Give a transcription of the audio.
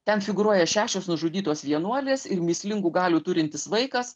ten figūruoja šešios nužudytos vienuolės ir mįslingų galių turintis vaikas